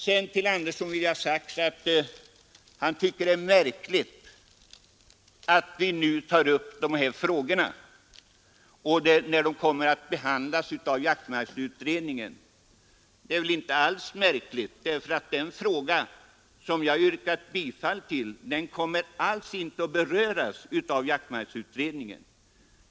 Herr Andersson i Ljung tycker att det är märkligt att vi nu tar upp dessa frågor, eftersom de kommer att behandlas av jaktmarksutredningen. Det förslag som jag yrkar bifall till kommer inte att beröras av jaktmarksutredningen.